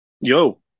Yo